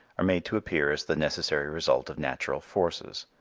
are made to appear as the necessary result of natural forces.